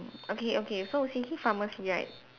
okay okay so city pharmacy right